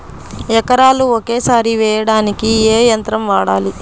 ఎకరాలు ఒకేసారి వేయడానికి ఏ యంత్రం వాడాలి?